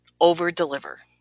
over-deliver